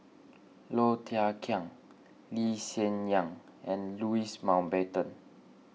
Low Thia Khiang Lee Hsien Yang and Louis Mountbatten